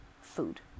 food